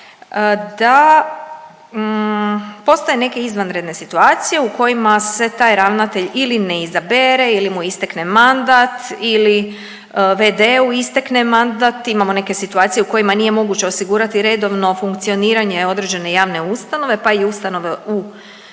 da postoje neke izvanredne situacije u kojima se taj ravnatelj ili ne izabere ili mu istekne mandat ili vd-u istekne mandat. Imamo neke situacije u kojima nije moguće osigurati redovno funkcioniranje određene javne ustanove, pa i ustanove u